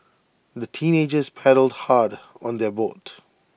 the teenagers paddled hard on their boat